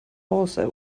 also